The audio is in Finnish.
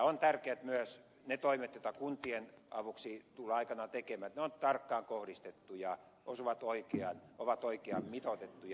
on tärkeää että myös ne toimet joita kuntien avuksi tullaan aikanaan tekemään ovat tarkkaan kohdistettuja osuvat oikeaan ovat oikein mitoitettuja